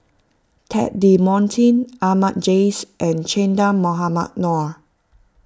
Ted De Ponti Ahmad Jais and Che Dah Mohamed Noor